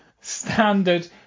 standard